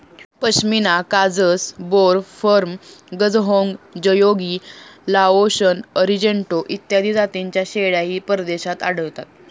पश्मिना काजस, बोर, फर्म, गझहोंग, जयोगी, लाओशन, अरिजेंटो इत्यादी जातींच्या शेळ्याही परदेशात आढळतात